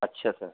अच्छा सर